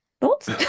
thoughts